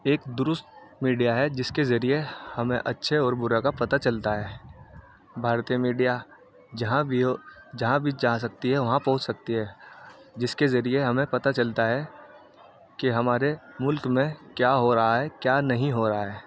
ایک درست میڈیا ہے جس کے ذریعے ہمیں اچھے اور برے کا پتہ چلتا ہے بھارتیہ میڈیا جہاں بھی ہو جہاں بھی چاہ سکتی ہے وہاں پہنچ سکتی ہے جس کے ذریعے ہمیں پتہ چلتا ہے کہ ہمارے ملک میں کیا ہو رہا ہے کیا نہیں ہو رہا ہے